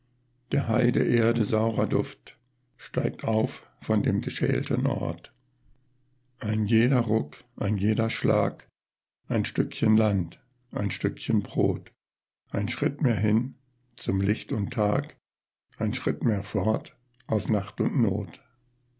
der heideerde saurer duft steigt auf von dem geschälten ort ein jeder ruck ein jeder schlag ein stückchen land ein stückchen brot ein schritt mehr hin zum licht und tag ein schritt mehr fort aus nacht und not